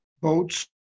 boats